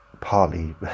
partly